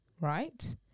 right